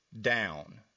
down